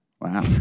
Wow